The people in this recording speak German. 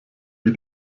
wie